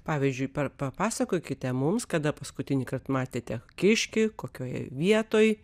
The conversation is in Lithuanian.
pavyzdžiui per papasakokite mums kada paskutinįkart matėte kiškį kokioje vietoj